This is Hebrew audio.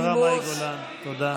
השרה מאי גולן, תודה.